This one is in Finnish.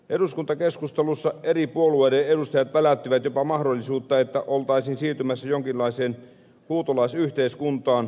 eduskuntakeskustelussa eri puolueiden edustajat väläyttivät jopa mahdollisuutta että oltaisiin siirtymässä jonkinlaiseen huutolaisyhteiskuntaan